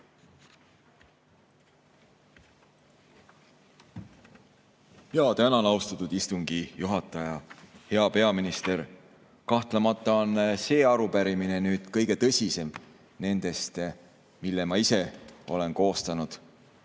Tänan, austatud istungi juhataja! Hea peaminister! Kahtlemata on see arupärimine kõige tõsisem nendest, mille ma ise olen koostanud.